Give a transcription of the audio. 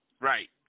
Right